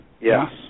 Yes